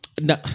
no